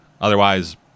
Otherwise